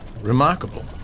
Remarkable